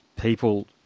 people